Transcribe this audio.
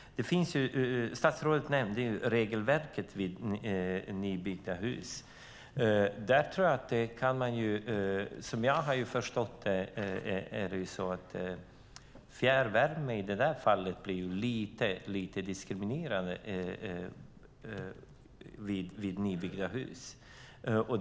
Statsrådet nämnde regelverket för nybyggda hus. Som jag har förstått det blir fjärrvärme lite diskriminerande i fråga om nybyggda hus.